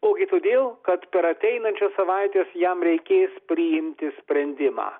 ogi todėl kad per ateinančias savaites jam reikės priimti sprendimą